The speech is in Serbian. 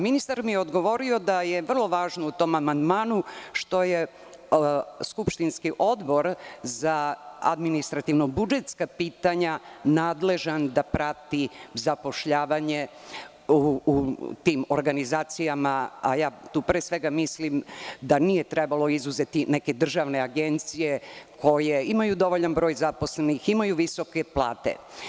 Ministar mi je odgovorio da je vrlo važno u tom amandmanu što je skupštinski Odbor za administrativno-budžetska pitanja nadležan da prati zapošljavanje u tim organizacijama, a tu pre svega mislim da nije trebalo izuzeti neke državne agencije koje imaju dovoljan broj zaposlenih, imaju visoke plate.